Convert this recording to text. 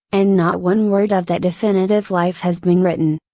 and not one word of that definitive life has been written.